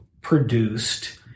produced